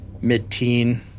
mid-teen